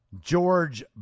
George